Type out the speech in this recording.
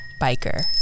biker